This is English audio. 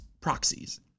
proxies